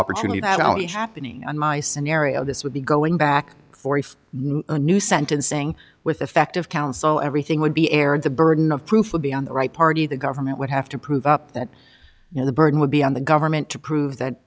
opportunity not only happening in my scenario this would be going back for if a new sentencing with effective counsel everything would be aired the burden of proof would be on the right party the government would have to prove up that the burden would be on the government to prove that